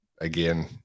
again